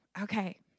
Okay